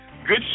Good